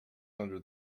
under